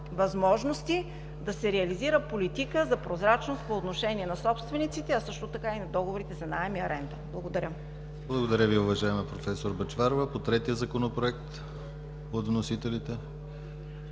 възможности да се реализира политика за прозрачност по отношение на собствениците, а също така и на договорите за наем и аренда. Благодаря. ПРЕДСЕДАТЕЛ ДИМИТЪР ГЛАВЧЕВ: Благодаря Ви, уважаема професор Бъчварова. По третия законопроект – вносителите?